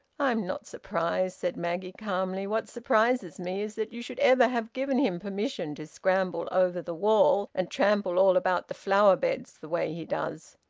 i'm not surprised, said maggie calmly. what surprises me is that you should ever have given him permission to scramble over the wall and trample all about the flower-beds the way he does!